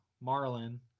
marlin